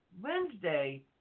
Wednesday